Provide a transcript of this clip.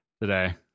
today